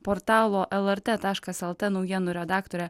portalo lrt taškas lt naujienų redaktorė